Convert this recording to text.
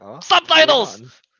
subtitles